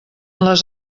les